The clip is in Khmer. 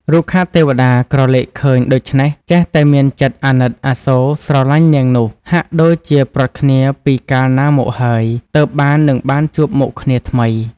រុក្ខទេវតាក្រឡេកឃើញដូច្នេះចេះតែមានចិត្ដអាណិតអាសូរស្រលាញ់នាងនោះ ហាក់ដូចជាព្រាត់គ្នាពីកាលណាមកហើយ ទើបបាននឹងបានជួបមុខគ្នាថ្មី។